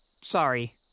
sorry